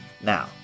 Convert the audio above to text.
Now